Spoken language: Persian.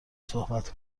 صحبت